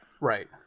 Right